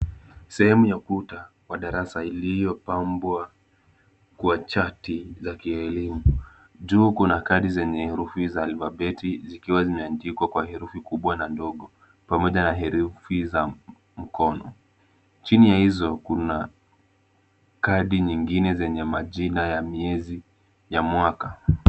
Sehemu ya kuta wa darasa iliyopambwa kwa chati za kielimu. Juu kuna kadi zenye herufi za alfabeti zikiwa zimeandikwa kwa herufi kubwa na ndogo pamoja na herufi za mkono. Chini ya hizo kuna kadi nyingine zenye majina ya miezi ya mwaka.